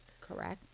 Correct